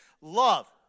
love